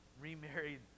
remarried